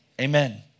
Amen